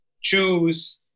choose